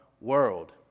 world